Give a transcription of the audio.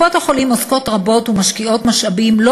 קופות-החולים עוסקות רבות ומשקיעות משאבים לא